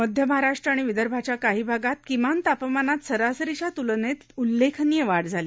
मध्य महाराष्ट्र आणि विदर्भाच्या काही भागात किमान तापमानात सरासरीच्या त्लनेत उल्लेखनीय वाढ झाली